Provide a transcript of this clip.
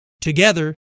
Together